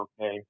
okay